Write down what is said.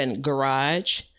garage